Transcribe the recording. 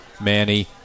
Manny